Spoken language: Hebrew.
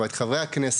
את חברי הכנסת,